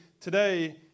today